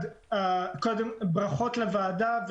ברכות לוועדה,